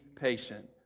patient